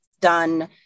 done